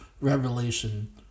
revelation